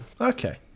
Okay